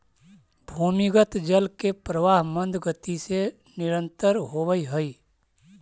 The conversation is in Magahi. भूमिगत जल के प्रवाह मन्द गति से निरन्तर होवऽ हई